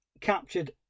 captured